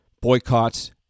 boycotts